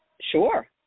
Sure